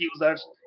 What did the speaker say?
users